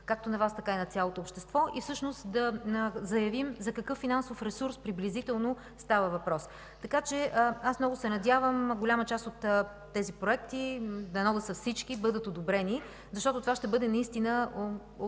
както на Вас, така и на цялото общество и да заявим и за какъв финансов ресурс приблизително става въпрос. Много се надявам голяма част от тези проекти, дано всички бъдат одобрени, защото това ще бъде от голямо значение